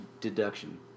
deduction